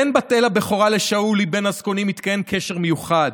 בין בת אל הבכורה לשאולי בן הזקונים התקיים קשר מיוחד.